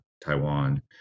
Taiwan